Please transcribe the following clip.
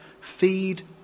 Feed